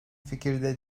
fikirde